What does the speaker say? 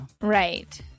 Right